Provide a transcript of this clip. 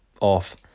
off